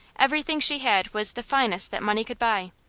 everything she had was the finest that money could buy,